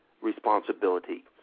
responsibility